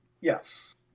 Yes